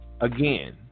Again